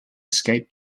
escape